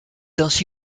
ainsi